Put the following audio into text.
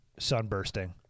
sunbursting